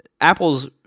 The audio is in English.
Apple's